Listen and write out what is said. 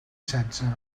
setze